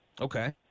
Okay